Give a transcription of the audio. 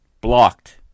blocked